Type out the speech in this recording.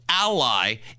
ally